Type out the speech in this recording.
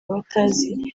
batazi